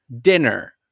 dinner